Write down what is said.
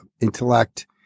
intellect